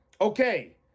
Okay